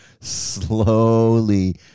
slowly